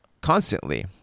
constantly